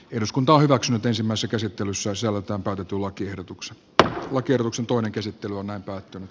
eduskunta hyväksyy etäisimmässä käsittelyssä se avataan tartulakiehdotukset tämän lakiehdotuksen toinen käsittely on päättynyt